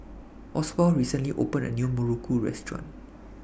Oswald recently opened A New Muruku Restaurant